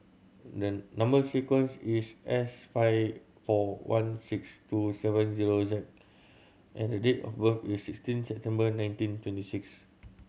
number sequence is S five four one six two seven zero Z and date of birth is sixteen September nineteen twenty six